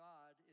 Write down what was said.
God